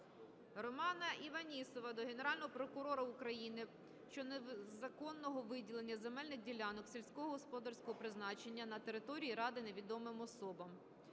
Романа Іванісова до Генерального прокурора України щодо незаконного виділення земельних ділянок сільськогосподарського призначення на території ради невідомим особам.